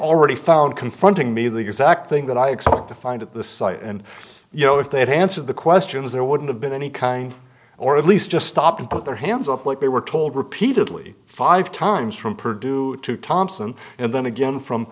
already found confronting me the exact thing that i expect to find at the site and you know if they had answered the questions there wouldn't have been any kind or at least just stop and put their hands up like they were told repeatedly five times from purdue to thompson and then again from